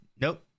Nope